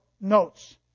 notes